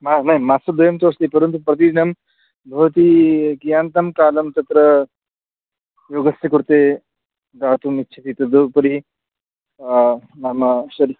मा मे मासद्वयन्तु अस्ति परन्तु प्रतिदिनं भवति कियन्तं कालं तत्र योगस्य कृते दातुम् इच्छति तदुपरि मम शिर्